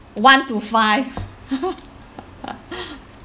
one to five